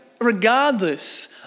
Regardless